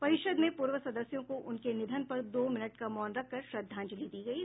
परिषद में पूर्व सदस्यों को उनके निधन पर दो मिनट का मौन रखकर श्रद्धांजलि दी गयी